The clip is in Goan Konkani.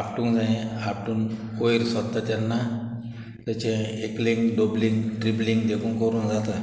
आपटूंक जायें आपटून वयर सोरता तेन्ना तेचें एकलींग डोबलींग ड्रिबलींग देखून कोरूं जाता